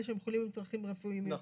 שהם חולים עם צרכים רפואיים מיוחדים.